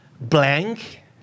blank